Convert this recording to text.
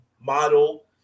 model